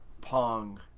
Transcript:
Pong